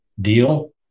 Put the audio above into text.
deal